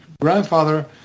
grandfather